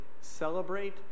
celebrate